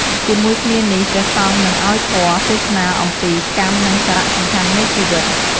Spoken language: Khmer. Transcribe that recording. ជាមួយគ្នានេះ ព្រះសង្ឃនឹងឲ្យធម៌ ទេសនាអំពី កម្ម និងសារៈសំខាន់នៃជីវិត។